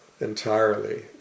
entirely